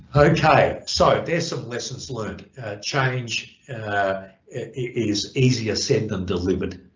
ok, so there's some lessons learned change is easier said than delivered